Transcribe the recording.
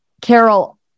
Carol